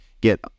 get